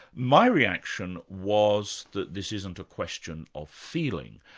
my reaction was that this isn't a question of feeling,